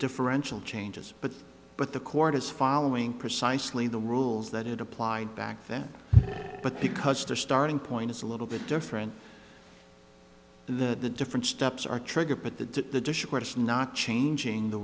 differential changes but but the court is following precisely the rules that it applied back then but because the starting point is a little bit different the different steps are triggered but the not changing the